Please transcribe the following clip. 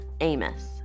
Amos